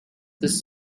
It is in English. this